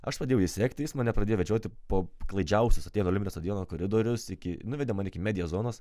aš padėjau jį sekti jis mane pradėjo vedžioti po klaidžiausius atėnų olimpinės stadiono koridorius iki nuvedė mane iki medija zonos